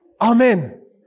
Amen